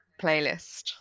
playlist